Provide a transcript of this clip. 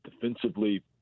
defensively